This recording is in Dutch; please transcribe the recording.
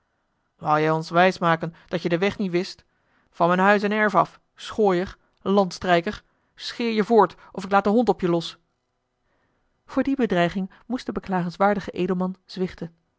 wou jaij ons wijsmaken dat je den weg niet wist van mijn huis en erf af schooier landstrijker scheer je voort of ik laat den hond op je los voor die bedreiging moest de beklagenswaardige edelman zwichten